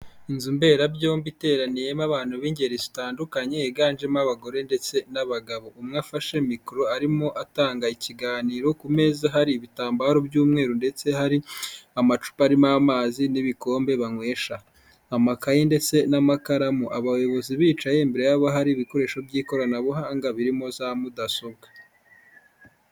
Inzu mberabyombi iteraniyemo abantu b'ingeri zitandukanye, higanjemo abagore ndetse n'abagabo. Umwe afashe mikoro, arimo atanga ikiganiro, ku meza hari ibitambaro by'umweru ndetse hari amacupa arimo amazi n'ibikombe banywesha, amakayi ndetse n'amakaramu. Abayobozi bicaye, imbere yabo hari ibikoresho by'ikoranabuhanga birimo za mudasobwa.